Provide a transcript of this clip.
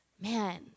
man